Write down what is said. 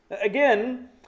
Again